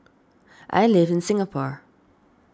I live in Singapore